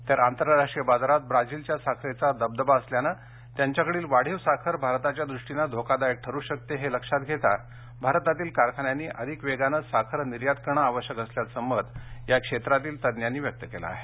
तर आंतरराष्ट्रीय बाजारात ब्राझीलच्या साखरेचा दबदबा असल्यानं त्यांच्याकडील वाढीव साखर भारताच्या दृष्टीनं धोकादायक ठरू शकते हे लक्षात घेता भारतातील कारखान्यांनी अधिक वेगानं साखर निर्यात करणं आवश्यक असल्याचं मत या क्षेत्रातील तज्ज्ञांनी व्यक्त केलं आहे